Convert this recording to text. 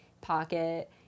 pocket